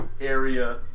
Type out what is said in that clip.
area